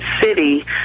city